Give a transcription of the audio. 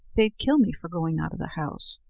they'd kill me for going out of the house.